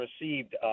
received